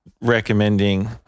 recommending